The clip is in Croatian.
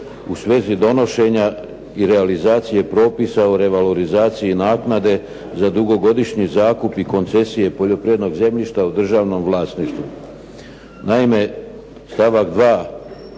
u svezi donošenja i realizacije propisa o revalorizaciji naknade za dugogodišnji zakup i koncesije poljoprivrednog zemljišta u državnom vlasništvu. Naime, stavak 2.